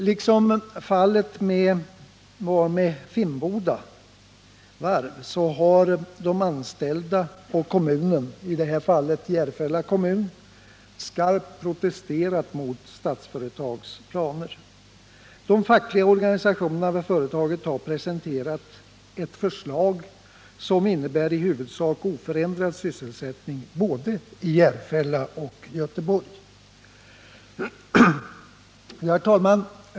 Liksom fallet var med Finnboda Varv har de anställda och kommunen -— i det här fallet Järfälla kommun — skarpt protesterat mot Statsföretags planer. De fackliga organisationerna vid företaget har presenterat ett förslag som innebär i huvudsak oförändrad sysselsättning både i Järfälla och i Göteborg. Herr talman!